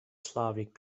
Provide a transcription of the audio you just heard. slavic